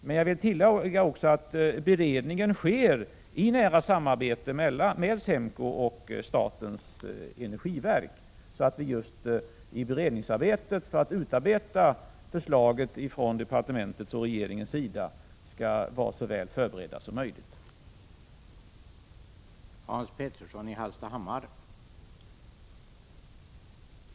Men jag vill också tillägga att beredningen sker i nära samarbete med SEMKO och statens energiverk, så att vi från departementets och regeringens sida skall vara så väl förberedda som möjligt vid beredningen och utarbetandet av förslaget.